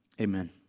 Amen